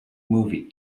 movie